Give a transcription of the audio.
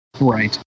Right